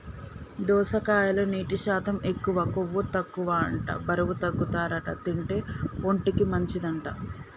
దోసకాయలో నీటి శాతం ఎక్కువ, కొవ్వు తక్కువ అంట బరువు తగ్గుతారట తింటే, ఒంటికి మంచి అంట